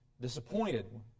disappointed